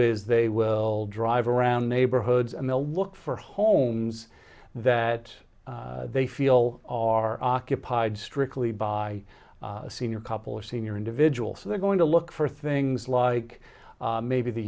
is they will drive around neighborhoods and they'll look for homes that they feel are occupied strictly by senior couple of senior individual so they're going to look for things like maybe the